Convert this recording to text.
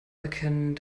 erkennen